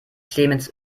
clemens